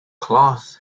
cloth